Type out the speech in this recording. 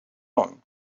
own